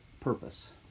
purpose